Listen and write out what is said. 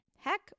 Heck